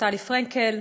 נפתלי פרנקל,